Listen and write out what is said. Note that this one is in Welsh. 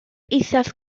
eithaf